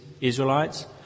Israelites